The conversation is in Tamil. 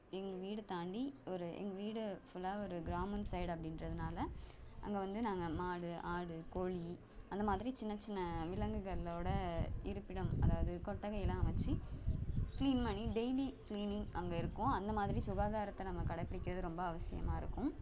எங்கள் வீடு தாண்டி ஒரு எங்கள் வீடுஃபுல்லாக ஒரு கிராமம் சைடு அப்படின்றதனால அங்கே வந்து நாங்கள் மாடு ஆடு கோழி அந்த மாதிரி சின்ன சின்ன விலங்குகளோடய இருப்பிடம் அதாவது கொட்டகையெலாம் அமைத்து க்ளீன் பண்ணி டெய்லி க்ளீனிங் அங்கே இருக்கும் அந்த மாதிரி சுகாதாரத்தை நம்ம கடைபிடிக்கிறது ரொம்ப அவசியமாக இருக்கும்